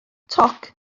toc